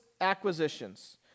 acquisitions